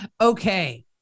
Okay